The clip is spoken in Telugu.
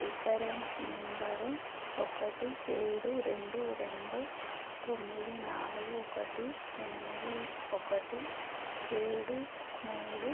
రిఫరెన్స్ నెంబరు ఒకటి ఏడు రెండు రెండు తొమ్మిది నాలుగు ఒకటి ఎనిమిది ఒకటి ఏడు మూడు